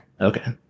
Okay